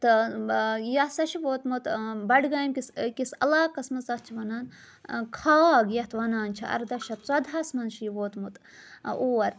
تہٕ ٲں یہِ ہَسا چھُ ووتمُت ٲں بَڈگامکِس أکِس علاقَس منٛز تَتھ چھِ وَنان کھاگ یَتھ وَنان چھِ اَردہ شٮ۪تھ ژۄدٕہَس منٛز چھُ یہِ ووتمُت اوٗر